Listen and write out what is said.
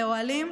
לאוהלים,